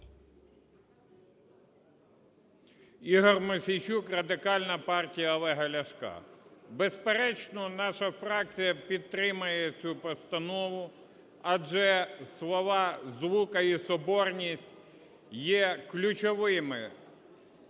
Ігор Мосійчук, Радикальна партія Олега Ляшка. Безперечно наша фракція підтримає цю постанову, адже слова злука і соборність є ключовими